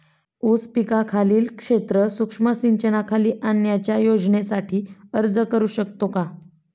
ऊस पिकाखालील क्षेत्र सूक्ष्म सिंचनाखाली आणण्याच्या योजनेसाठी अर्ज करू शकतो का?